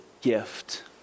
gift